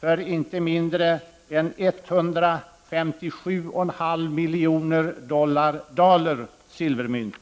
för inte mindre än 157,5 miljoner daler silvermynt.